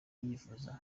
yivuza